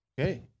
okay